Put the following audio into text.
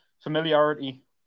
familiarity